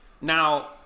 Now